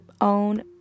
own